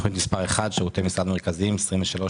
תוכנית מספר 1 שירותי משרד מרכזיים 23-01-20: